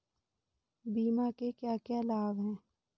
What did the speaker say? बीमा के क्या क्या लाभ हैं?